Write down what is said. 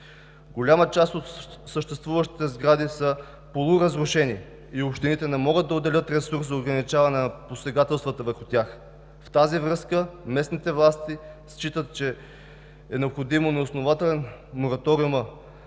Голяма част от съществуващите сгради са полуразрушени и общините не могат да отделят ресурс за ограничаване на посегателствата върху тях. В тази връзка местните власти считат за неоснователен мораториума